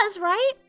right